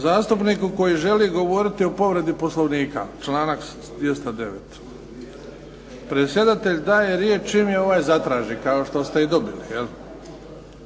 Zastupniku koji želi govoriti o povredi poslovnika, članak 209., predsjedatelj daje riječ čim je ovaj zatraži, kao što ste i dobili.